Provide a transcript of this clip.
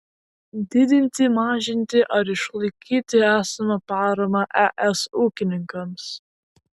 didinti mažinti ar išlaikyti esamą paramą es ūkininkams